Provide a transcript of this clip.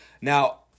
Now